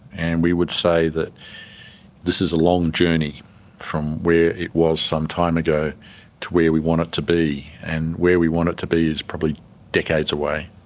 and we would say that this is a long journey from where it was some time ago to where we want it to be. and where we want it to be is probably decades away.